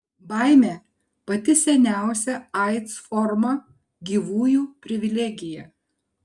baimė pati seniausia aids forma gyvųjų privilegija